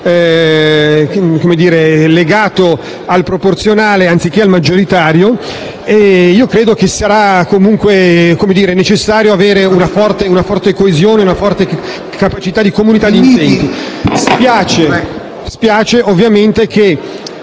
legato al proporzionale anziché al maggioritario - ma credo che sarà comunque necessario avere una forte coesione ed una forte capacità di comunità d'intenti.